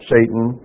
Satan